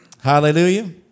Hallelujah